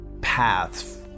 paths